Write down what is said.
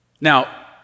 Now